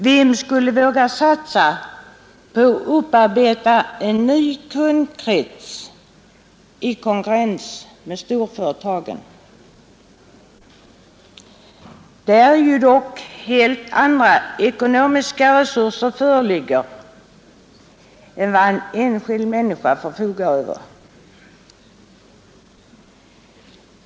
Vem skulle våga satsa på att upparbeta en ny kundkrets i konkurrens med storföretagen, där ju helt andra ekonomiska resurser föreligger än vad en enskild människa förfogar över?